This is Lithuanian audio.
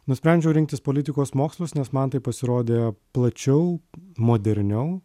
nusprendžiau rinktis politikos mokslus nes man tai pasirodė plačiau moderniau